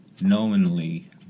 knowingly